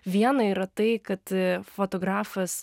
viena yra tai kad fotografas